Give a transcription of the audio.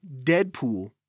Deadpool